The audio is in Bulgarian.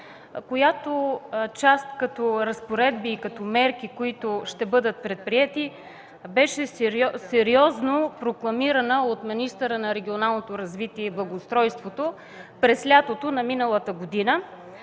която като разпоредби и като мерки, които ще бъдат предприети, беше сериозно прокламирана от министъра на регионалното развитие и благоустройството през лятото на миналата година,